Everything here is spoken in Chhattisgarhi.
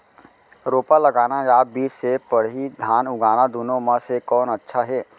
रोपा लगाना या बीज से पड़ही धान उगाना दुनो म से कोन अच्छा हे?